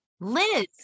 Liz